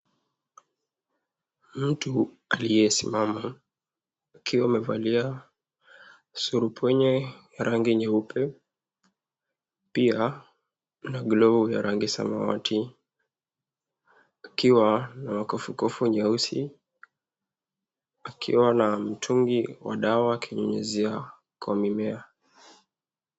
Mtu aliyesimama akiwa amevalia surupwenye ya rangi nyeupe, pia na glovu ya rangi samawati, akiwa na makofokofo nyeusi akiwa na mtungi wa dawa akinyunyizia kwa mimea.